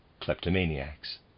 kleptomaniacs